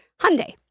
Hyundai